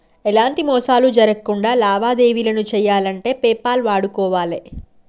ఎలాంటి మోసాలు జరక్కుండా లావాదేవీలను చెయ్యాలంటే పేపాల్ వాడుకోవాలే